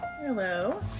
Hello